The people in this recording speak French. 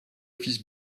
fils